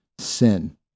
sin